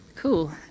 Cool